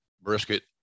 brisket